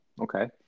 Okay